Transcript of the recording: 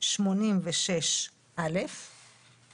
הסתייגות מספר 79. לאחר סעיף 2 לחוק המוצע יבוא: